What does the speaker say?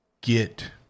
get